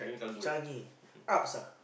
Changi ups ah